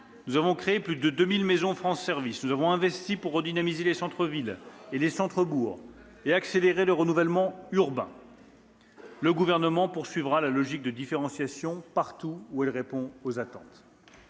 Nous avons créé plus de 2 000 maisons France Services. Nous avons investi pour redynamiser les centres-villes et les centres-bourgs et accéléré le renouvellement urbain. Le Gouvernement poursuivra la logique de différenciation partout où elle répond aux attentes.